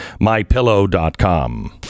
MyPillow.com